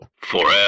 forever